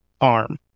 arm